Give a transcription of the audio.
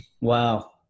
Wow